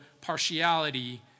partiality